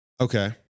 okay